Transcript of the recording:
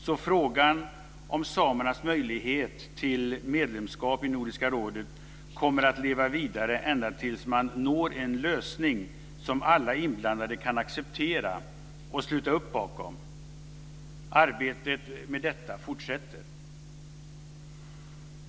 Så frågan om samernas möjlighet till medlemskap i Nordiska rådet kommer att leva vidare ända tills man når en lösning som alla inblandade kan acceptera och sluta upp bakom. Arbetet med detta fortsätter.